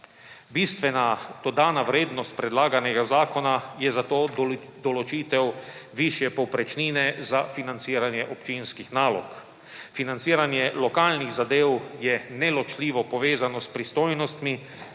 Bistvena dodana vrednost predlaganega zakona je zato določitev višje povprečnine za financiranje občinskih nalog. Financiranje lokalnih zadev je neločljivo povezano s pristojnostmi,